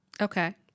Okay